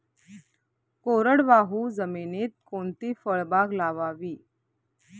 कोरडवाहू जमिनीत कोणती फळबाग लावावी?